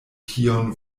tion